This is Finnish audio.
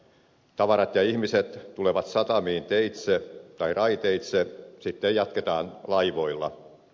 tavarat ja ihmiset tulevat satamiin teitse tai raiteitse sitten jatketaan laivoilla